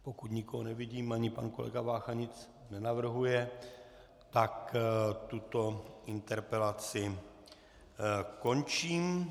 Pokud nikoho nevidím a ani pan kolega Vácha nic nenavrhuje, tak tuto interpelaci končím.